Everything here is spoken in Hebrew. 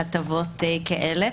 להטבות כאלה,